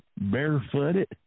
barefooted